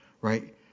Right